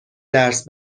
درس